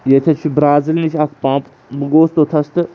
ییٚتٮ۪تھ چھُ برازِل نِش اکھ پمپ بہٕ گوٚوس توٚتھس تہٕ